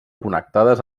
connectades